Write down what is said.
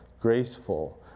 graceful